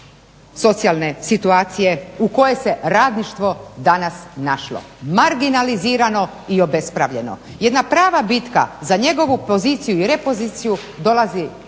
socijalne situacije u kojoj se radništvo danas našlo, marginalizirano o obespravljeno. Jedna prava bitka za njegovu poziciju i repoziciju dolazi